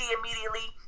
immediately